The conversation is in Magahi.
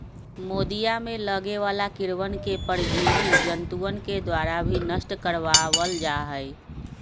मोदीया में लगे वाला कीड़वन के परजीवी जंतुअन के द्वारा भी नष्ट करवा वल जाहई